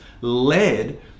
led